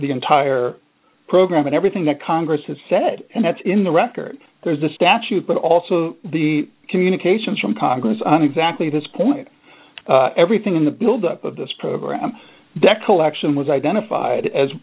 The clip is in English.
the entire program and everything that congress has said and that's in the record there's a statute but also the communications from congress on exactly this point everything in the build up of this program that collection was identified as